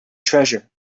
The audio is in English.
treasure